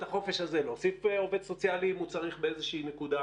להוסיף עובד סוציאלי אם הוא צריך באיזושהי נקודה,